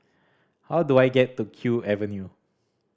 how do I get to Kew Avenue